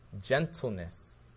gentleness